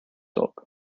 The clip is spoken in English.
dog